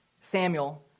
Samuel